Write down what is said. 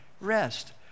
rest